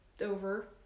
over